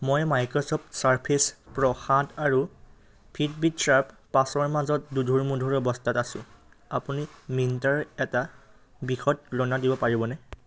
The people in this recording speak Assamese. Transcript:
মই মাইক্ৰ'ছফ্ট ছাৰ্ফেচ প্ৰ' সাত আৰু ফিটবিট চাৰ্জ পাঁচৰ মাজত দোধোৰ মোধোৰ অৱস্থাত আছোঁ আপুনি মিন্ত্ৰাৰ এটা বিশদ তুলনা দিব পাৰিবনে